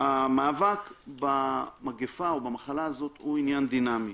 המאבק במגפה או במחלה הזו הוא עניין דינמי.